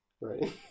right